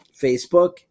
Facebook